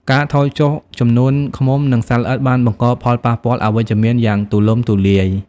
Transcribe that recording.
ការថយចុះចំនួនឃ្មុំ និងសត្វល្អិតបានបង្កផលប៉ះពាល់អវិជ្ជមានយ៉ាងទូលំទូលាយ។